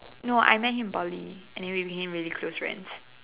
no I met him in Poly and we became really close friends